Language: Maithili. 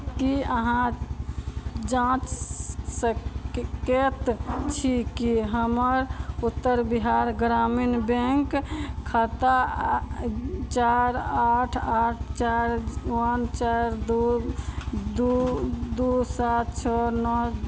की अहाँ जाँच स् कै सकैत छी कि हमर उत्तर बिहार ग्रामीण बैंक खाता आ चारि आठ आठ चारि वन चारि दू दू दू सात छओ नओ